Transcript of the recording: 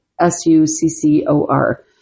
S-U-C-C-O-R